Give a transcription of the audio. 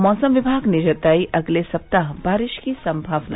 मौसम विभाग ने जताई अगले सप्ताह बारिश की सम्भावना